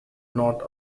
not